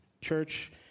Church